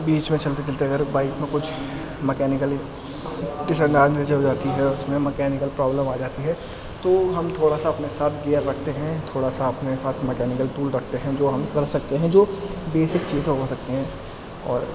بیچ میں چلتے چلتے اگر بائک میں کچھ مکینیکل اس انداز میں چل جاتی ہے اس میں مکینیکل پرابلم آ جاتی ہے تو ہم تھوڑا سا اپنے ساتھ گیئر رکھتے ہیں تھوڑا سا اپنے ساتھ مکینیکل ٹول رکھتے ہیں جو ہم کر سکتے ہیں جو بیسک چیزیں ہو سکتی ہیں اور